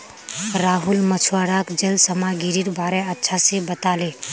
राहुल मछुवाराक जल सामागीरीर बारे अच्छा से बताले